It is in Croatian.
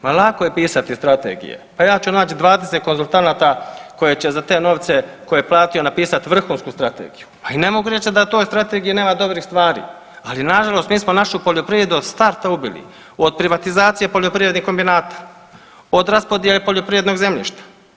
Ma lako je pisati strategije, pa ja ću naći 20 konzultanata koji će za te novce koje je platio napisat vrhunsku strategiju, pa i ne mogu reći da u toj strategiji nema dobrih stvari, ali nažalost mi smo našu poljoprivredu od starta ubili, od privatizacije poljoprivrednih kombinata, od raspodjele poljoprivrednog zemljišta.